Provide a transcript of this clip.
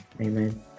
Amen